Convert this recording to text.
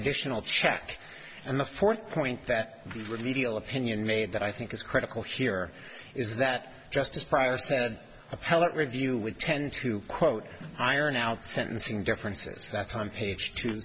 additional check and the fourth point that the remedial opinion made that i think is critical here is that justice prior said appellate review would tend to quote iron out sentencing differences that's on page two